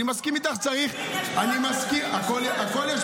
אין פה משאבים, יש פה משאבים רק בשביל הרשות שלך.